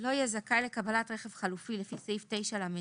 לא יהיה זכאי לקבלת רכב חלופי לפי סעיף 9לו,